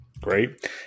Great